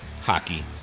hockey